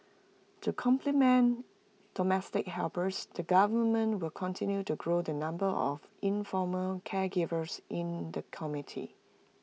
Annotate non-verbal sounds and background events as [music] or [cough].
to complement domestic helpers the government will continue to grow the number of informal caregivers in the [unintelligible]